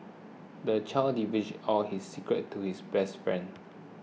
the child divulged all his secrets to his best friend